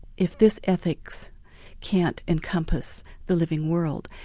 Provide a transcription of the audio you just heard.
if this ethics can't encompass the living world,